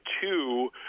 two